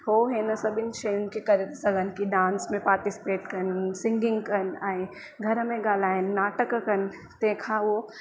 हो हिन सभिनि शयुंनि खे करे सघनि की डांस में पार्टिसिपेट कनि सिंगिंग कनि ऐं घर में ॻाल्हाइण नाटक कनि तंहिंखा हो